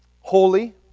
holy